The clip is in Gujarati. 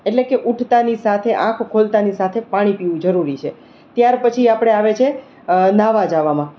એટલે કે ઊઠતાની સાથે આંખ ખોલતાની સાથે પાણી પીવું જરૂરી છે ત્યાર પછી આપણે આવે છે નહાવા જવાનું